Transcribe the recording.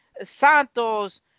Santos